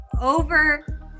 Over